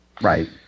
Right